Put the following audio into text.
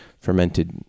fermented